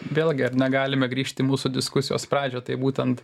vėlgi ar ne galime grįžti į mūsų diskusijos pradžią tai būtent